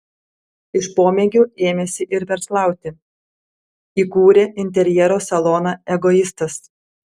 iš pomėgių ėmėsi ir verslauti įkūrė interjero saloną egoistas